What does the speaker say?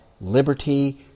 liberty